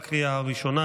לקריאה הראשונה.